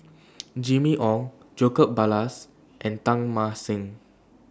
Jimmy Ong Jacob Ballas and Teng Mah Seng